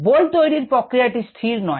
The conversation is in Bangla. বোল্ট তৈরির পাক্রিয়াটি স্থির নয়